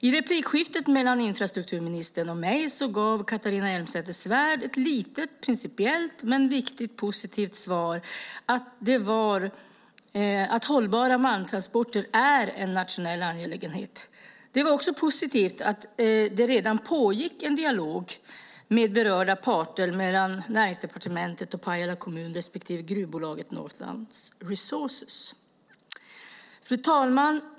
I replikskiftet mellan infrastrukturministern och mig gav Catharina Elmsäter-Svärd ett litet men principiellt viktigt positivt svar, nämligen att hållbara malmtransporter är en nationell angelägenhet. Det är också positivt att det redan pågår en dialog med berörda parter, mellan Näringsdepartementet och Pajala kommun respektive gruvbolaget Northland Resources. Fru talman!